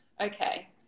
okay